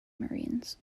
marines